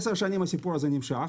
עשר שנים הסיפור הזה נמשך